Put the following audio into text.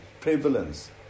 prevalence